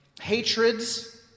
Hatreds